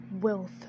wealth